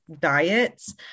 diets